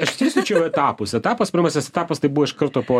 aš tikslinčiau etapus etapas pirmasis etapas tai buvo iš karto po